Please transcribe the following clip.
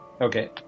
Okay